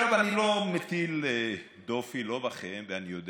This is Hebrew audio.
עכשיו, אני לא מטיל דופי, לא בכם, ואני יודע